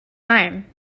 time